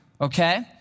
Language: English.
Okay